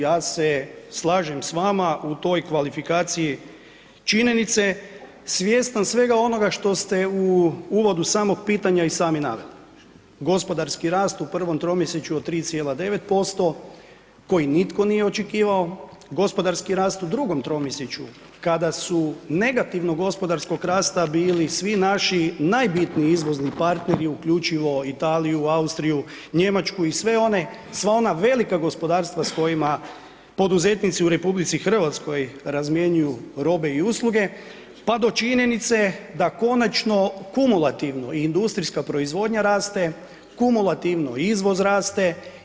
Ja se slažem s vama u toj kvalifikaciji činjenice svjestan svega onoga što ste u uvodu samog pitanja i sami naveli, gospodarski rast u prvom tromjesečju od 3,9% koji nitko nije očekivao, gospodarski rast u drugom tromjesečju, kada su negativnog gospodarskog rasta bili svi naši najbitniji izvozni partneri uključivo Italiju, Austriju, Njemačku i sve one, sva ona velika gospodarstva s kojima poduzetnici u RH razmjenjuju robe i usluge pa do činjenice da konačno kumulativno i industrijska proizvodanja rasta, kumulativno i izvoz raste.